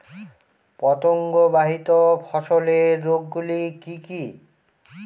পতঙ্গবাহিত ফসলের রোগ গুলি কি কি?